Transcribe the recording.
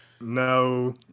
No